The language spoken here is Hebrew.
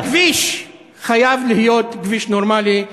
והכביש חייב להיות כביש נורמלי,